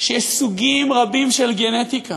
שיש סוגים רבים של גנטיקה,